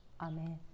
Amen